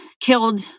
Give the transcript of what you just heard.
killed